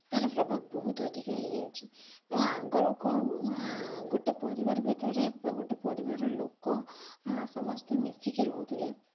ତା'ର ପ୍ରଭାବ ବହୁତ ଅଧିକା ହେଇଯାଉଛି ତ ଆଗରୁ କଣ ଗୋଟେ ପରିବାର ଭିତରେ ଗୋଟେ ପରିବାର ଲୋକ ସମସ୍ତେ ମିଶିକି ରହୁଥିଲେ